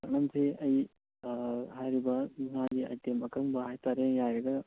ꯄꯥꯛꯅꯝꯁꯦ ꯑꯩ ꯍꯥꯏꯔꯤꯕ ꯉꯥꯒꯤ ꯑꯥꯏꯇꯦꯝ ꯑꯀꯪꯕ ꯍꯥꯏꯇꯔꯦ ꯌꯥꯏꯔꯒ